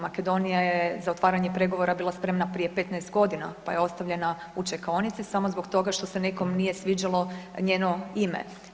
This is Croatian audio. Makedonija je za otvaranje pregovora bila spremna prije 15 godina pa je ostavljena u čekaonici samo zbog toga što se nekom nije sviđalo njeno ime.